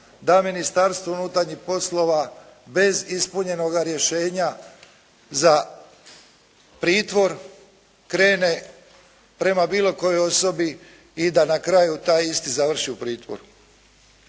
da Ministarstvo unutarnjih poslova bez ispunjenoga rješenja za pritvor krene prema bilo kojoj osobi i da na kraju taj isti završi u pritvoru.